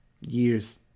years